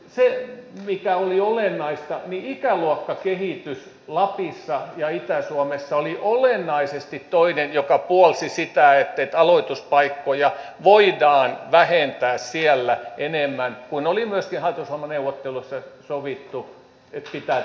se mikä oli olennaista oli se että ikäluokkakehitys lapissa ja itä suomessa oli olennaisesti toinen mikä puolsi sitä että aloituspaikkoja voidaan vähentää siellä enemmän kun oli myöskin hallitusohjelmaneuvotteluissa sovittu että pitää tehdä tietyt säästöt